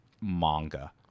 manga